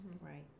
Right